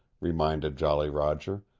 reminded jolly roger.